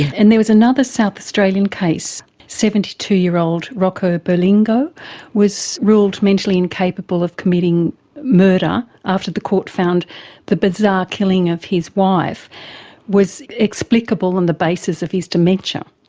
and there was another south australian case, seventy two year old rocco berlingo was ruled mentally incapable of committing murder after the court found the bizarre killing of his wife was explicable on the basis of his dementia.